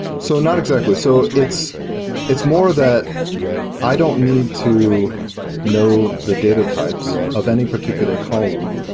so not exactly. so it's it's more that i don't need to know the data types of any particular column.